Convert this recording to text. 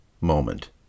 moment